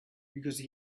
because